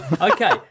Okay